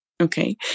Okay